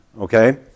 okay